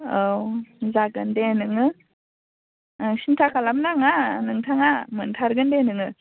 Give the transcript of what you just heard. औ जागोन दे नोङो सिनथा खालामनो नाङा नोंथाङा मोनथारगोन दे नोङो